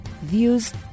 views